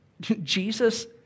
Jesus